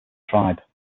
tribe